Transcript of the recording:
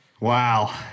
Wow